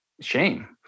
shame